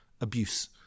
abuse